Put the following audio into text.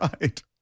right